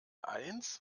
eins